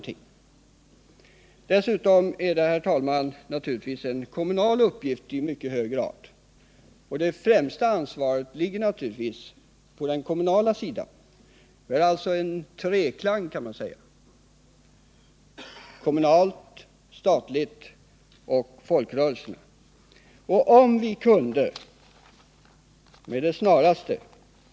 När det gäller samhällets insatser, herr talman, är det givetvis inte bara staten som skall hjälpa till utan det är också i mycket hög grad — ja, kanske i första hand — en kommunal uppgift att sköta den här frågan. Vi har alltså en treklang: kommunerna, staten och folkrörelserna.